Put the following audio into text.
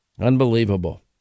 Unbelievable